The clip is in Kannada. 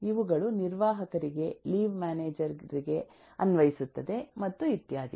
ಇವುಗಳು ನಿರ್ವಾಹಕರಿಗೆ ಲೀವ್ ಮ್ಯಾನೇಜರ್ ರಿಗೆ ಅನ್ವಯಿಸುತ್ತದೆ ಮತ್ತು ಇತ್ಯಾದಿ